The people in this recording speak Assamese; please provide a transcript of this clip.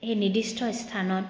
এই নিৰ্দিষ্ট স্থানত